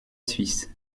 suisse